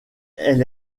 elle